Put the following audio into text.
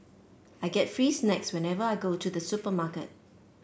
I get free snacks whenever I go to the supermarket